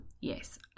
yes